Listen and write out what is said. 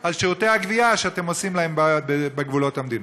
על שירותי הגבייה שאתם עושים להן בגבולות המדינה?